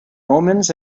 omens